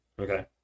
Okay